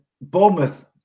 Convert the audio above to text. Bournemouth